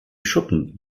schuppen